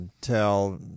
tell